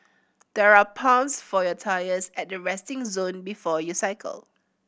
there are pumps for your tyres at the resting zone before you cycle